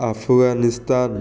Afghanistan